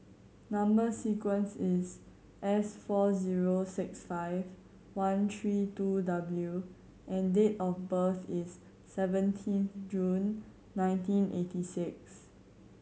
number sequence is S four zero six five one three two W and date of birth is seventeen June nineteen eighty six